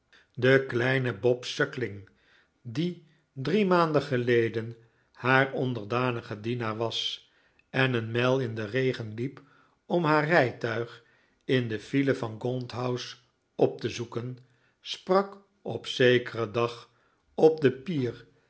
de kleine bob suckling die drie maanden geleden haar onderdanige dienaar was en een mijl in den regen liep om haar rijtuig in de file van gaunt house op te zoeken sprak op zekeren dag op de pier